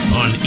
on